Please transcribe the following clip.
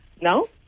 No